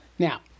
Now